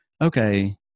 okay